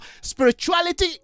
spirituality